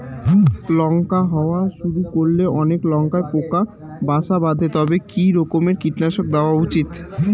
লঙ্কা হওয়া শুরু করলে অনেক লঙ্কায় পোকা বাসা বাঁধে তবে কি রকমের কীটনাশক দেওয়া উচিৎ?